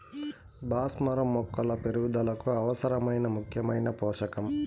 భాస్వరం మొక్కల పెరుగుదలకు అవసరమైన ముఖ్యమైన పోషకం